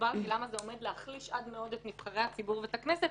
והסברתי למה זה עומד להחליש עד מאוד את נבחרי הציבור ואת הכנסת,